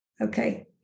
Okay